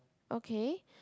okay